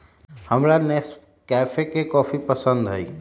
हमरा नेस्कैफे के कॉफी पसंद हई